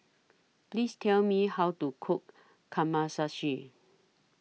Please Tell Me How to Cook